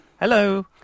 Hello